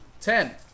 Ten